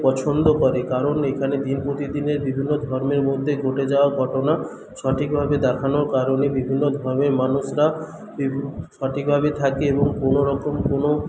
পছন্দ করে কারণ এখানে দিন প্রতিদিনের বিভিন্ন ধর্মের মধ্যে ঘটে যাওয়া ঘটনা সঠিকভাবে দেখানোর কারণে বিভিন্ন ধর্মের মানুষরা সঠিকভাবে থাকে এবং কোনোরকম কোন